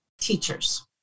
Teachers